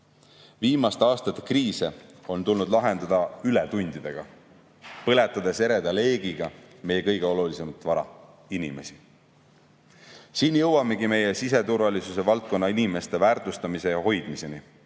Viimaste aastate kriise on tulnud lahendada ületundidega, põletades ereda leegiga meie kõige olulisemat vara – inimesi. Siin jõuamegi meie siseturvalisuse valdkonna inimeste väärtustamise ja hoidmiseni.